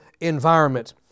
environment